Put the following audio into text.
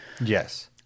Yes